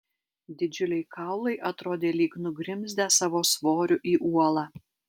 didžiuliai kaulai atrodė lyg nugrimzdę savo svoriu į uolą